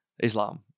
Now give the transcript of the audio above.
Islam